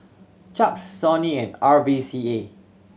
Chaps Sony and R V C A